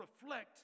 reflect